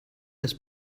das